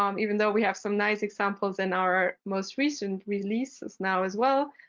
um even though we have some nice examples in our most recent releases now as well,